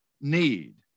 need